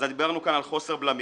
אז דיברנו כאן על חוסר בלמים,